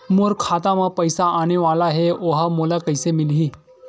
मोर खाता म पईसा आने वाला हे ओहा मोला कइसे मिलही?